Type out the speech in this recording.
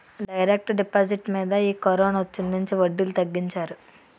direct deposit మీద ఈ కరోనొచ్చినుంచి వడ్డీలు తగ్గించారు